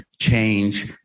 change